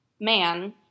man